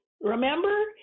remember